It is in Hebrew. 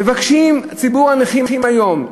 מבקש ציבור הנכים היום: